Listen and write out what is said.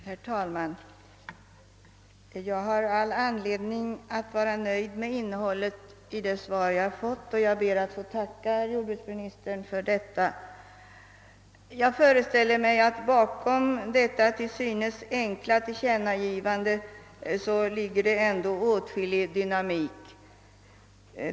Herr talman! Jag har all anledning att vara nöjd med innehållet i det svar jag fått, och jag ber att få tacka herr jordbruksministern för det. Jag föreställer mig att bakom detta till synes enkla tillkännagivande ändå ligger åtskillig dynamik.